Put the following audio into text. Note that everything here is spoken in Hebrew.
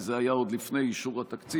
כי זה היה עוד לפני אישור התקציב,